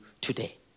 today